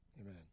Amen